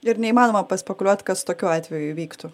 ir neįmanoma paspekuliuot kas tokiu atveju įvyktų